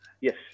yes